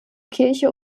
kirche